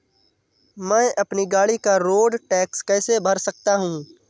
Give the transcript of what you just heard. मैं अपनी गाड़ी का रोड टैक्स कैसे भर सकता हूँ?